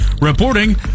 Reporting